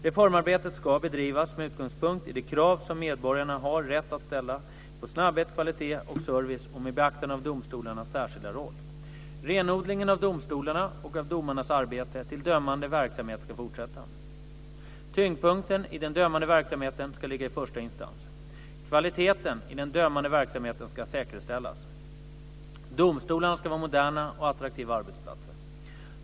· Reformarbetet ska bedrivas med utgångspunkt i de krav som medborgarna har rätt att ställa på snabbhet, kvalitet och service och med beaktande av domstolarnas särskilda roll. · Renodlingen av domstolarna och av domarnas arbete till dömande verksamhet ska fortsätta. · Tyngdpunkten i den dömande verksamheten ska ligga i första instans. · Kvaliteten i den dömande verksamheten ska säkerställas. · Domstolarna ska vara moderna och attraktiva arbetsplatser.